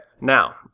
now